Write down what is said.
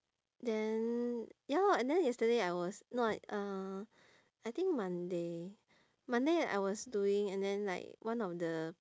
then ya lor and then yesterday I was no I uh I think monday monday I was doing and then like one of the